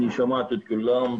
שמעתי את כל הדוברים,